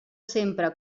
sempre